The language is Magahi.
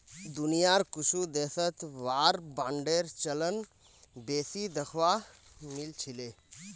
दुनियार कुछु देशत वार बांडेर चलन बेसी दखवा मिल छिले